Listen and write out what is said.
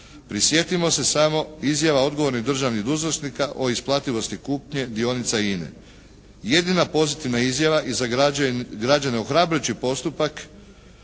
Prisjetimo se samo izjava odgovornih državnih dužnosnika o isplativosti kupnje dionica INA-e. Jedina pozitivna izjava i za građane ohrabrujući postupak